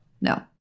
no